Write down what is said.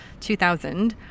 2000